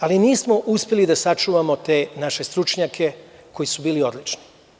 Ali nismo uspeli da sačuvamo te naše stručnjake koji su bili odlični.